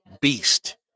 beast